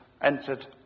Entered